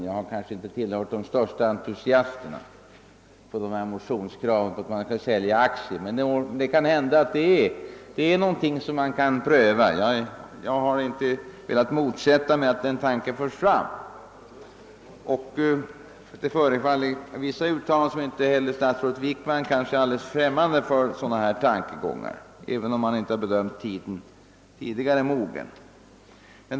Jag tillhör inte de största entusiasterna för motionskraven på för säljning av statens aktier, men detta är någonting man kan pröva, och jag har inte velat motsätta mig att den tanken förs fram. Det förefaller av vissa uttalanden som om inte heller statsrådet Wickman är främmande för sådana tankar, även om han hittills inte har bedömt tiden vara mogen.